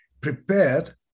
prepared